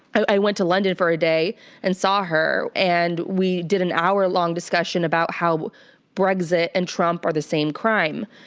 i went to london for a day and saw her and we did an hour long discussion about how brexit and trump are the same crime.